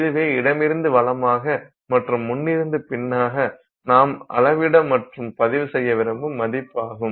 இதுவே இடமிருந்து வலமாக மற்றும் முன்னிருந்து பின்னாக நாம் அளவிட மற்றும் பதிவு செய்ய விரும்பும் மதிப்பாகும்